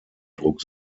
druck